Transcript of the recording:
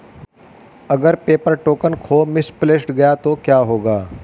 अगर paper token खो misplaced गया तो क्या होगा?